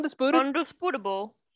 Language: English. undisputable